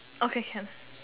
okay can